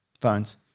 Phones